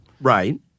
Right